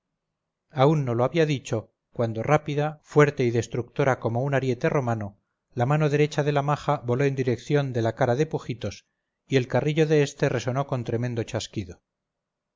aún no lo había dicho cuando rápida fuerte y destructora como un ariete romano la mano derecha de la maja voló en dirección de la cara de pujitos y el carrillo de este resonó con tremendo chasquido